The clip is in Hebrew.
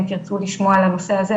אם תרצו לשמוע על הנושא הזה,